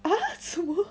so